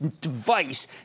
device